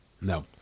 no